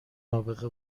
نابغه